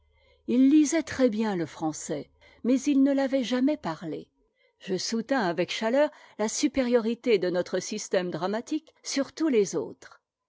il lisait très-bien le français mais il ne t'avait jamais parlé je soutins avec chaleur la supériorité de notre système dramatique sur tous les autres